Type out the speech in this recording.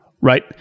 right